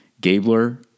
Gabler